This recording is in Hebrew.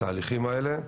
בתהליכים האלה.